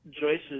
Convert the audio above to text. Joyce's